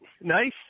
Nice